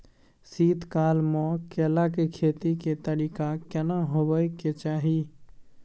शीत काल म केला के खेती के तरीका केना होबय के चाही?